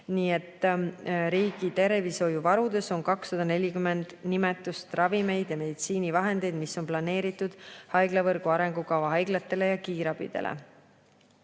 Nii et riigi tervishoiu[valdkonna] varudes on 240 nimetust ravimeid ja meditsiinivahendeid, mis on planeeritud haiglavõrgu arengukava haiglatele ja kiirabile.